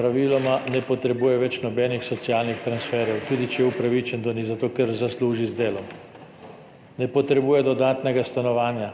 praviloma ne potrebuje več nobenih socialnih transferjev, tudi če je upravičen do njih, zato ker zasluži z delom. Ne potrebuje dodatnega stanovanja,